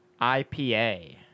IPA